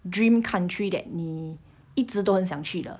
dream country that 你一直都很想去的